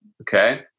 Okay